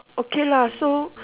okay lah so